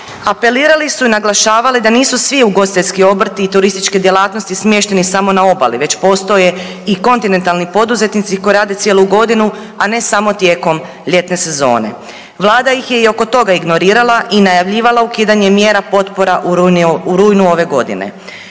Apelirali su i naglašavali da nisu svi ugostiteljski obrti i turističke djelatnosti smješteni samo na obali već postoje i kontinentalni poduzetnici koji rade cijelu godinu, a ne samo tijekom ljetne sezone. Vlada ih je i oko toga ignorirala i najavljivala ukidanje mjera potpora u rujnu ove godine.